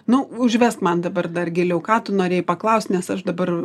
nu užvesk man dabar dar giliau ką tu norėjai paklaust nes aš dabar